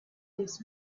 this